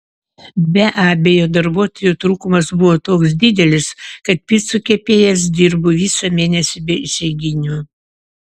be abejo darbuotojų trūkumas buvo toks didelis kad picų kepėjas dirbo visą mėnesį be išeiginių